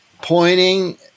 pointing